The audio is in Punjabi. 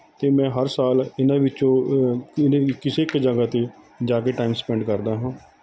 ਅਤੇ ਮੈਂ ਹਰ ਸਾਲ ਇਹਨਾਂ ਵਿੱਚੋਂ ਕਿਸੇ ਇੱਕ ਜਗ੍ਹਾ 'ਤੇ ਜਾ ਕੇ ਟਾਈਮ ਸਪੈਂਡ ਕਰਦਾ ਹਾਂ